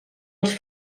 els